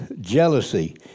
jealousy